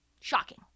Shocking